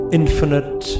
infinite